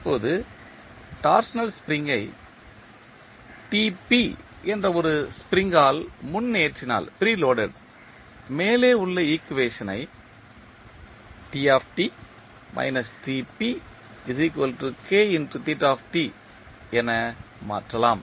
இப்போது torsional spring கை TP என்ற ஒரு டார்க்கு ஆல் முன் ஏற்றினால் மேலே உள்ள ஈக்குவேஷன் ஐ என மாற்றலாம்